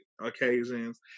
occasions